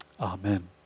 Amen